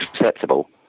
acceptable